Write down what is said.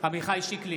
עמיחי שיקלי,